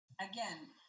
again